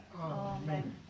amen